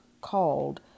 called